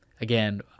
Again